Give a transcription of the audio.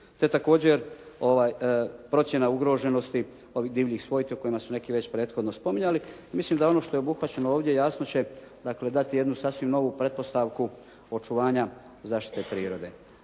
je također procjena ugroženosti ovih divljih svojti o kojima su neki već prethodno spominjali. Mislim da je ono što je obuhvaćeno ovdje jasno će dakle dati jednu sasvim novu pretpostavku očuvanja zaštite prirode.